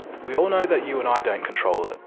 we all know that you and i don't control it.